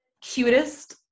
cutest